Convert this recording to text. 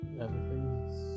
everything's